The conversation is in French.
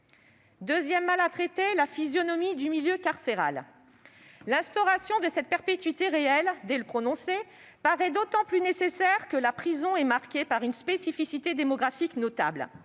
deuxième mal à traiter. L'instauration de cette perpétuité réelle dès le prononcé paraît d'autant plus nécessaire que la prison est marquée par une spécificité démographique notable.